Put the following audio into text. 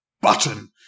button